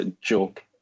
joke